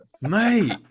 Mate